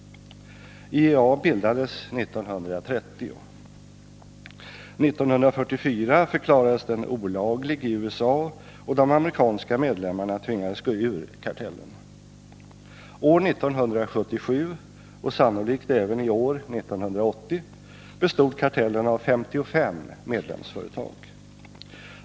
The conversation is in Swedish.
IEA bildades 1930. År 1944 förklarades den olaglig i USA, och de amerikanska medlemmarna tvingades gå ur kartellen. År 1977 — och det gäller sannolikt även för i år, 1980 — bestod kartellen av 55 medlemsföretag.